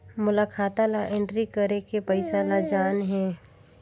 मोला खाता ला एंट्री करेके पइसा ला जान हे?